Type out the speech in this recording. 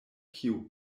kiu